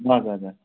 हजुर हजुर